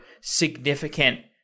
significant